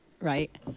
right